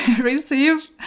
receive